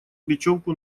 бечевку